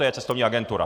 To je cestovní agentura.